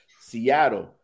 Seattle